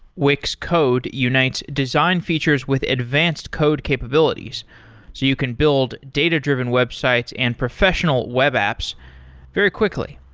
wix code unites design features with advanced code capabilities, so you can build data-driven websites and professional web apps very quickly.